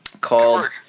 Called